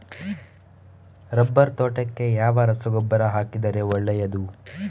Rubber ತೋಟಕ್ಕೆ ಯಾವ ರಸಗೊಬ್ಬರ ಹಾಕಿದರೆ ಒಳ್ಳೆಯದು?